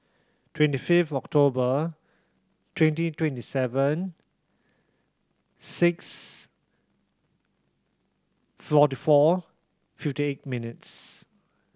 twenty five October twenty twenty seven six forty four fifty eight minutes